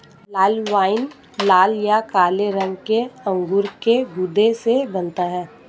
लाल wine लाल या काले रंग के अंगूर के गूदे से बनता है